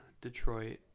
Detroit